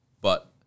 But-